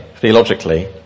theologically